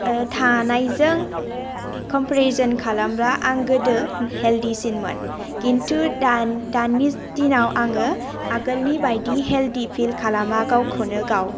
थानायजों कम्पेरिजन खालामब्ला आं गोदो हेलदिसिनमोन खिन्थु दान दानि दिनाव आङो आगोलनि बायदि हेलदि पिल खालामा गावखौनो गाव